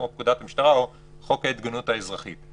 כמו פקודת המשטרה או חוק ההתגוננות האזרחית.